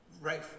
right